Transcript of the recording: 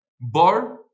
Bar